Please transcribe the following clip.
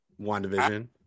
WandaVision